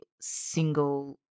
single